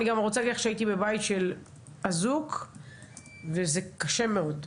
אני גם רוצה להגיד לך שהייתי בבית של אזוק וזה קשה מאוד,